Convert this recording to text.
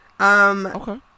Okay